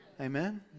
Amen